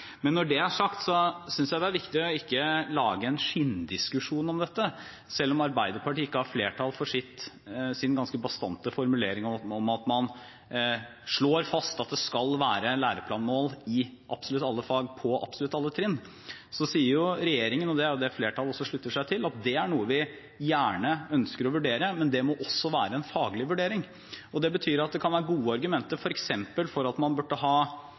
Men når det er sagt, synes jeg det er viktig ikke å lage en skinndiskusjon om dette. Selv om Arbeiderpartiet ikke har flertall for sin ganske bastante formulering, der man slår fast at det skal være læreplanmål i absolutt alle fag på absolutt alle trinn, sier regjeringen – og det er også det flertallet slutter seg til – at det er noe vi gjerne ønsker å vurdere, men det må også være en faglig vurdering. Det betyr at det kan være gode argumenter for f.eks. at man burde ha